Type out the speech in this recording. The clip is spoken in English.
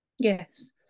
Yes